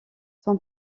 son